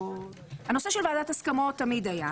הנושא של ועדת הסכמות תמיד היה.